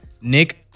nick